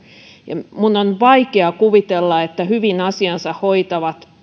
minun on vaikea kuvitella että hyvin asiansa